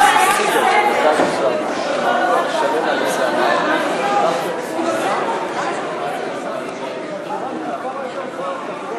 רק על השואה אפשר לדבר בגרמנית, על השאר אי-אפשר.